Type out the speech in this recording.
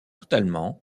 totalement